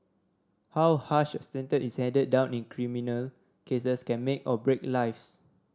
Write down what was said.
how harsh a sentence is handed down in criminal cases can make or break lives